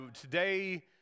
Today